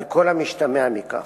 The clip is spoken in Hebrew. על כל המשתמע מכך.